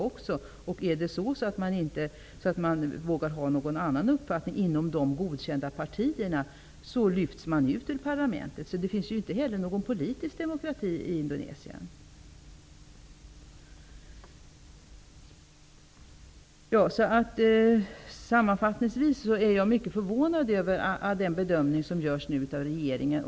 Om någon inom de godkända partierna vågar ha en annan uppfattning lyfts denne ut ur parlamentet. Det finns inte heller någon politisk demokrati i Indonesien. Jag är mycket förvånad över den bedömning som görs av regeringen.